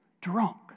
drunk